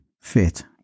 fit